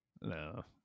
No